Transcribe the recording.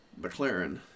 McLaren